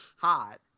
hot